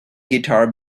guitar